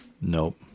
nope